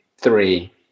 three